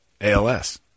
ALS